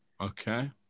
Okay